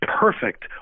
perfect